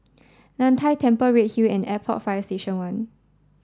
Nan Hai Temple Redhill and Airport Fire Station One